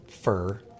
fur